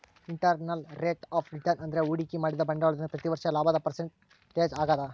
internal rate of return ಅಂದ್ರೆ ಹೂಡಿಕೆ ಮಾಡಿದ ಬಂಡವಾಳದಿಂದ ಪ್ರತಿ ವರ್ಷ ಲಾಭದ ಪರ್ಸೆಂಟೇಜ್ ಆಗದ